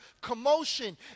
commotion